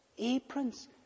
aprons